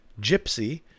Gypsy